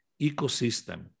ecosystem